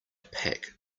pack